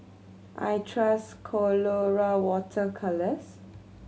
I trust Colora Water Colours